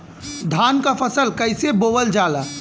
धान क फसल कईसे बोवल जाला?